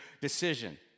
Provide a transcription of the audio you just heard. decision